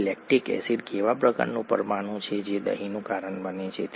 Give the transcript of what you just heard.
હવે lactic acid કેવા પ્રકારનું પરમાણુ છે જે દહીંનું કારણ બને છે